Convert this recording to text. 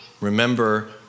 remember